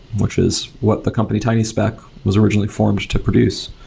which is what the company tiny speck was originally formed to produce.